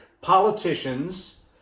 politicians